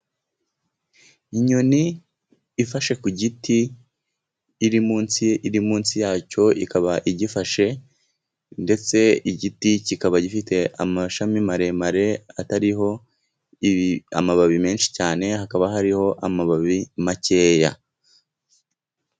Inyoni ifashe ku giti, iri munsi iri munsi yacyo, ikaba igifashe, ndetse igiti kikaba gifite amashami maremare, atariho amababi menshi cyane, hakaba hariho amababi makeya.